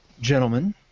Gentlemen